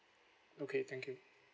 okay thank you